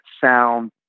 sound